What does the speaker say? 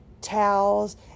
towels